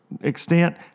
extent